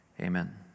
Amen